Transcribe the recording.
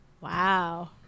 Wow